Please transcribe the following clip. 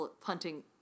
punting